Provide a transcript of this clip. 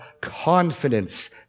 confidence